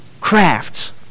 crafts